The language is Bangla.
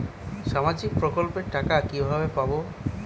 সামাজিক প্রকল্পের টাকা কিভাবে পাব?